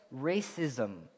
racism